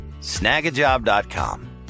Snagajob.com